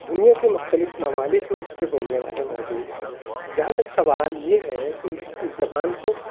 دنیا کے مختلف ممالک میں اس کے بولنے والے موجود ہیں جہاں تک سوال یہ ہے کہ اس اس زبان کو